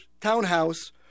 townhouse